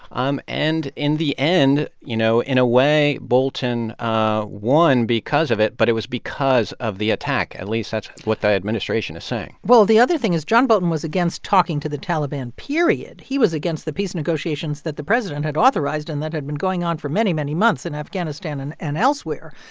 um in the end, you know, in a way, bolton ah won because of it, but it was because of the attack, at least that's what the administration is saying well, the other thing is john bolton was against talking to the taliban, period. he was against the peace negotiations that the president had authorized, and that had been going on for many, many months in and afghanistan and and elsewhere.